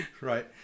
Right